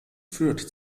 führt